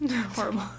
Horrible